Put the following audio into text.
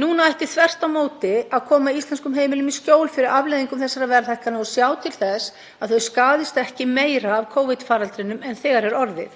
Núna ætti þvert á móti að koma íslenskum heimilum í skjól fyrir afleiðingum þessara verðhækkana og sjá til þess að þau skaðist ekki meira af Covid-faraldrinum en þegar er orðið